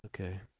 okay